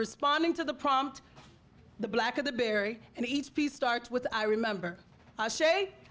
responding to the prompt the black of the berry and each piece starts with i remember i s